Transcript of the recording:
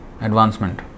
advancement